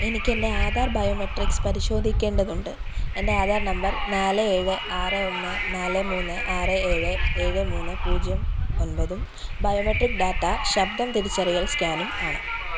എനിക്ക് എൻ്റെ ആധാർ ബയോമെട്രിക്സ് പരിശോധിക്കേണ്ടതുണ്ട് എൻ്റെ ആധാർ നമ്പർ നാല് ഏഴ് ആറ് ഒന്ന് നാല് മൂന്ന് ആറ് ഏഴ് ഏഴ് മൂന്ന് പൂജ്യം ഒൻപതും ബയോമെട്രിക് ഡാറ്റ ശബ്ദം തിരിച്ചറിയൽ സ്കാനും ആണ്